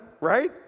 right